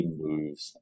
moves